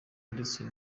ndetse